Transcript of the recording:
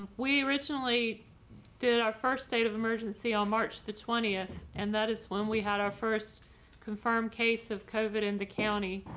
we originally did our first state of emergency on march the twentieth. and that is when we had our first confirmed case of covid in the county.